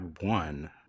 one